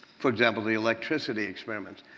for example, the electricity experiments.